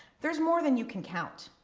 there's more than you can count.